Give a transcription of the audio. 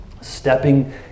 Stepping